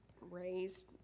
raised